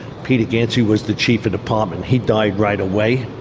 peter gancy was the chief of department. he died right away.